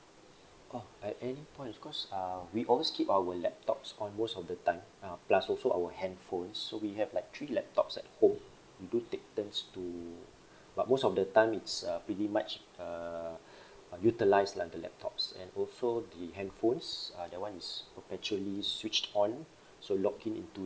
oh at any point because uh we always keep our laptops on most of the time uh plus also our handphones so we have like three laptops at home we do take turns to but most of the time it's uh pretty much uh uh utilised lah the laptops and also the handphones uh that one is perpetually switched on so login into